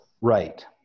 Right